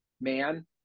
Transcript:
man